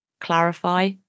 clarify